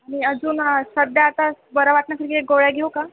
मी अजून सध्या तर बरं वाटण्यासाठी गोळ्या घेऊ का